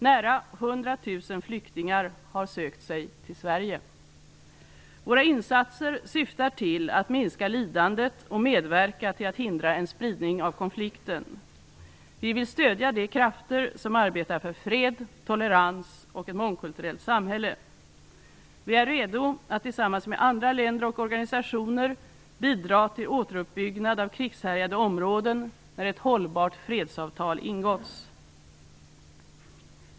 Nära 100 000 flyktingar har sökt sig till Sverige. Våra insatser syftar till att minska lidandet och medverka till att hindra en spridning av konflikten. Vi vill stödja de krafter som arbetar för fred, tolerans och ett mångkulturellt samhälle. Vi är redo att tillsammans med andra länder och organisationer bidra till återuppbyggnad av krigshärjade områden när ett hållbart fredsavtal ingåtts.